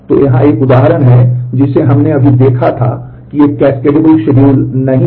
तो यहाँ एक उदाहरण है जिसे हमने अभी देखा था जो कि एक कास्केडेबल शेड्यूल नहीं है